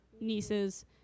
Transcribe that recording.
nieces